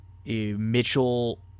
Mitchell